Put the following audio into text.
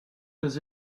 does